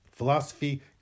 Philosophy